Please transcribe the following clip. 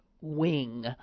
wing